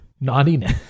Naughtiness